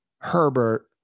Herbert